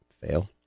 Fail